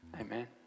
amen